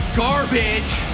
garbage